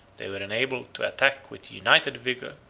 they were enabled to attack with united vigor,